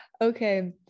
Okay